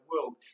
world